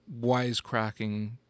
wisecracking